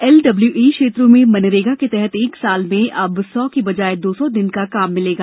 LWE क्षेत्रों में मनरेगा के तहत एक साल में अब सौ की बजाय दो सौ दिन का काम मिलेगा